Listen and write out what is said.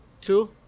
Two